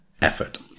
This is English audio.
effort